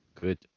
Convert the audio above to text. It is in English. Good